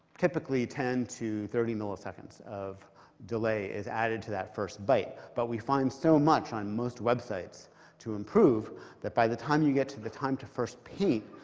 typically ten to thirty milliseconds of delay is added to that first byte. but we find so much on most websites to improve that by the time you get to the time to first paint,